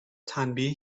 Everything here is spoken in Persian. تنبیه